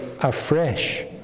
afresh